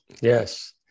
Yes